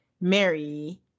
Mary